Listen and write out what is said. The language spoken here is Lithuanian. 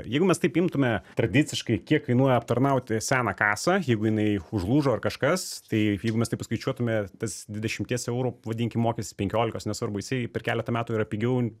jeigu mes taip imtume tradiciškai kiek kainuoja aptarnauti seną kasą jeigu jinai užlūžo ar kažkas tai jeigu mes taip paskaičiuotume tas dvidešimties eurų vadinkim mokestis penkiolikos nesvarbu jisai per keletą metų yra pigiau